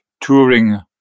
touring